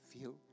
feel